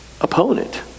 opponent